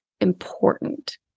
important